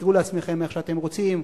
תקראו לעצמכם איך שאתם רוצים,